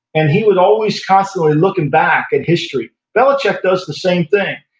and he was always constantly looking back at history. belichick does the same thing.